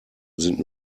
sind